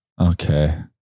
Okay